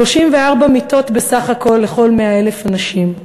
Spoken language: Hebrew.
34 מיטות בסך הכול לכל 100,000 אנשים.